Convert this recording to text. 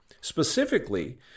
specifically